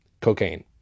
cocaine